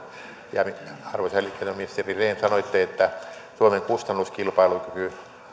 arvoisa elinkeinoministeri rehn sanoitte että suomen kustannuskilpailukyky